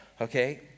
Okay